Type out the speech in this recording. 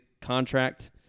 contract